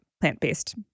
plant-based